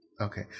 Okay